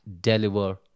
deliver